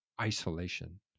isolation